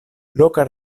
loka